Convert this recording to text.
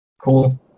Cool